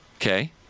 okay